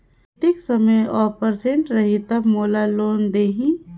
कतेक समय और परसेंट रही तब मोला लोन देही?